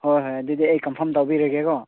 ꯍꯣꯏ ꯍꯣꯏ ꯑꯗꯨꯗꯤ ꯑꯩ ꯀꯝꯐꯥꯝ ꯇꯧꯕꯤꯔꯒꯦꯀꯣ